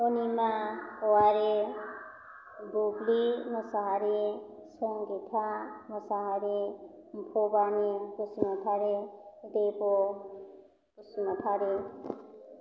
Anima Owary Bubli Mosahary Sangita Mosahary Bhabani Basumatary Deb' Basumatary